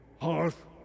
hearth